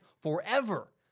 forever